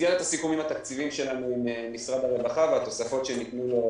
במסגרת הסיכומים התקציביים שלנו עם משרד הרווחה והתוספות שניתנו לו